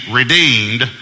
redeemed